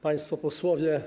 Państwo Posłowie!